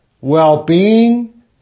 well-being